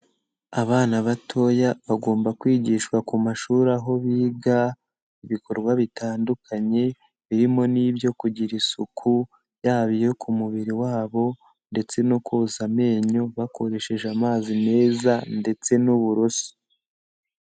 Abana batoya bagomba kwigishwa ku mashuri aho biga, ibikorwa bitandukanye, birimo n'ibyo kugira isuku, yaba iyo ku mubiri wabo ndetse no koza amenyo bakoresheje amazi meza ndetse n'uburoso.